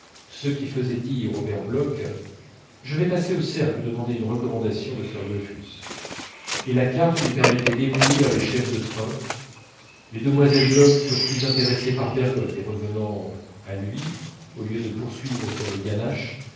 ce qui faisait dire au père bloch je vais passer au cercle demander une recommandation de sir rufus et la carte lui permettait d'éblouir les chefs de train les demoiselles bloch furent plus intéressées par bergotte et revenant à lui au lieu de poursuivre sur les ganaches